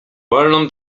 wolną